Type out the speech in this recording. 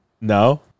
No